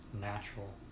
natural